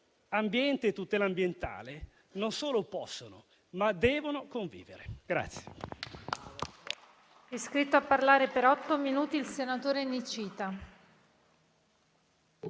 ambiente e tutela ambientale non solo possono, ma devono convivere.